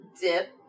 Dip